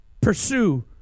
pursue